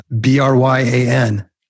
B-R-Y-A-N